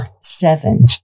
seven